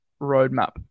roadmap